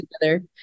together